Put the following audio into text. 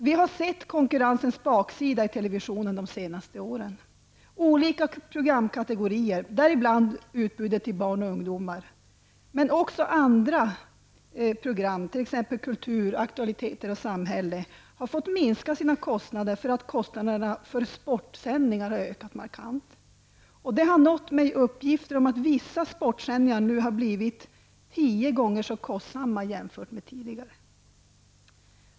Vi har sett konkurrensens baksida i televisionen de senaste åren. Olika programkategorier, däribland utbudet till barn och ungdom, men även andra programkategorier såsom kulturprogram, aktualiteter och samhällsprogram, har fått minska sina kostnader därför att kostnaderna för sportsändningen har ökat markant. Uppgifter har nått mig om att vissa sportsändningar nu blivit tio gånger kostsammare jämfört med tidigare.